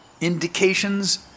indications